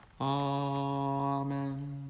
Amen